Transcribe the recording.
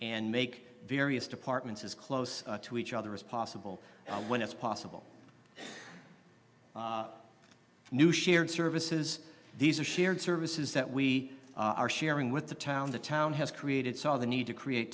and make various departments as close to each other as possible when it's possible new shared services these are shared services that we are sharing with the town the town has created saw the need to create